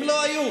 הם לא היו.